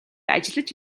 ажиллаж